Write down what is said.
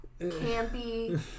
campy